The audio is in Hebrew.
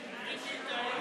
גברתי היושבת-ראש,